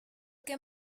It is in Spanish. que